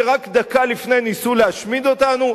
שרק דקה לפני ניסו להשמיד אותנו,